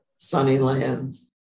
Sunnyland's